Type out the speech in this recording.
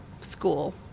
school